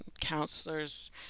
counselors